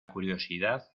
curiosidad